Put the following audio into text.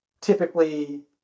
Typically